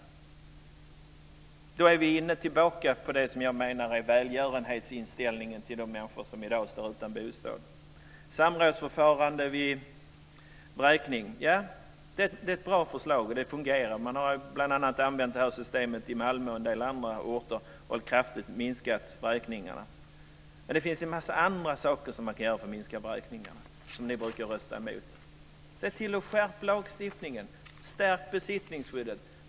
Därmed är vi åter inne på det som jag menar är välgörenhetsinställning till de människor som i dag står utan bostad. Samrådsförfarande vid vräkning - ja, det är ett bra förslag. Detta fungerar. Man har använt det systemet i Malmö och på en del andra orter och därmed kraftigt minskat antalet vräkningar. Det finns dock en mängd andra saker som kan göras för att minska antalet vräkningar, men där brukar ni rösta emot, alltså: Se till att lagstiftningen skärps och stärk besittningsskyddet!